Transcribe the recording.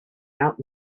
out